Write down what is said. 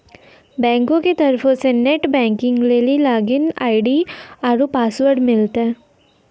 बैंको के तरफो से नेट बैंकिग लेली लागिन आई.डी आरु पासवर्ड मिलतै